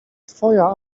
twoja